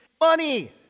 money